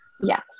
Yes